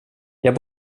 jag